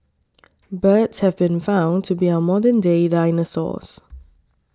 birds have been found to be our modern day dinosaurs